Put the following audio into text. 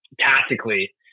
tactically